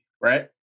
Right